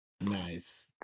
Nice